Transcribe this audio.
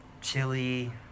chili